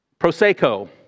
Prosecco